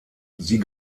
sie